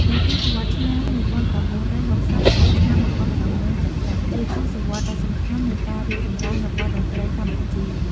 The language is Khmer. នៅទសវត្សរ៍ ឆ្នាំ ១៩៦០ ដល់ ឆ្នាំ ១៩៧០ ជាទសវត្សរដ៏សំខាន់នៃការរីកចម្រើនរបស់តន្ត្រីកម្ពុជា។